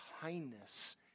kindness